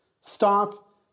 Stop